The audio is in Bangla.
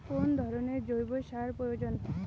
কোন ধরণের জৈব সার প্রয়োজন?